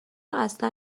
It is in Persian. اصلا